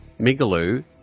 Migaloo